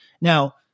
Now